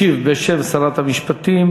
ישיב, בשם שרת המשפטים,